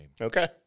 Okay